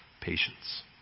patience